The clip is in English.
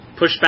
pushback